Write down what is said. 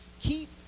keep